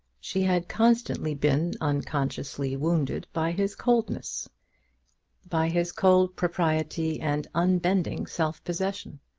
she had constantly been unconsciously wounded by his coldness by his cold propriety and unbending self-possession.